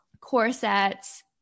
corsets